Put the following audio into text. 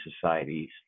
societies